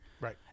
Right